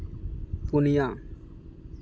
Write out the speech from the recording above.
ᱯᱩᱱᱭᱟ